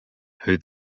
who